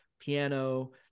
piano